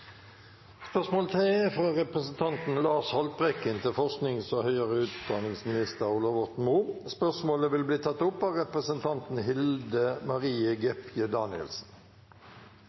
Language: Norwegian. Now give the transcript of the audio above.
fra representanten Lars Haltbrekken til forsknings- og høyere utdanningsministeren, vil bli tatt opp av representanten Hilde Marie